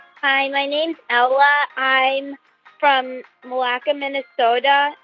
hi. my name's ella. i'm from milaca, minn. so and